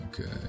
Okay